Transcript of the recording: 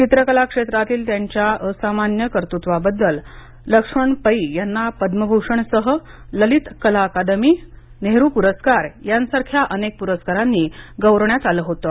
चित्रकला क्षेत्रातील त्यांच्या असामान्य कार्तुत्वाबद्दल लक्ष्मण पै यांना पद्मभूषणसह ललित कला अकादमी नेहरू पुरस्कार यांसारख्या अनेक पुरस्कारांनी गौरवण्यात आलं होतं